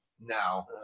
now